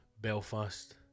Belfast